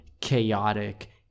chaotic